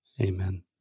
Amen